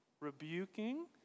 rebuking